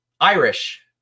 Irish